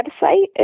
website